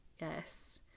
yes